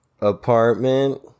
apartment